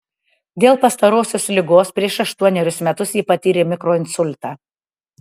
dėl pastarosios ligos prieš aštuonerius metus ji patyrė mikroinsultą